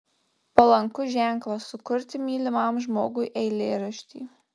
palankus ženklas sukurti mylimam žmogui eilėraštį